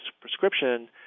prescription